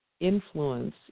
influence